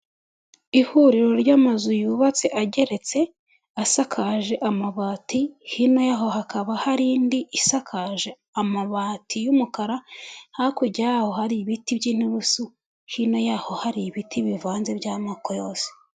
Ihuriro ry'amazu yubatse ageretse asakaje amabati hino yaho hakaba hari indi isakaje amabati y'umukara hakurya yaho hari ibiti by'inturusu hino yaho hari ibiti bivanze by'amoko yose.